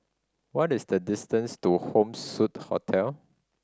what is the distance to Home Suite Hotel